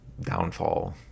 Downfall